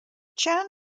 chan